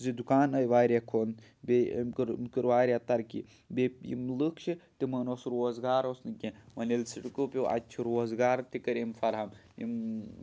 زِ دُکان آے واریاہ کھولنہٕ بیٚیہِ أمۍ کٔر أمۍ کٔر واریاہ ترقی بیٚیہِ یِم لُکھ چھِ تِمَن اوس روزگار اوس نہٕ کینٛہہ وۄنۍ ییٚلہِ سِڑکو پیوٚ اَتہِ چھُ روزگار تہِ کٔرۍ أمۍ فَراہَم یِم